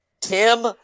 Tim